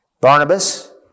Barnabas